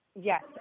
Yes